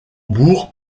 bourg